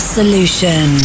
Solution